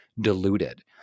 diluted